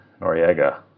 Noriega